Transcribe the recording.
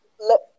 let